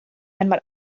einmal